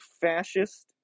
fascist